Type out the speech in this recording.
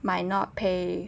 might not pay